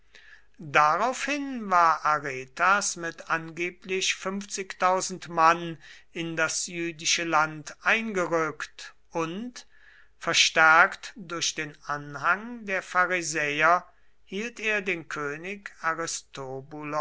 daraufhin war aretas mit angeblich mann in das jüdische land eingerückt und verstärkt durch den anhang der pharisäer hielt er den könig aristobulos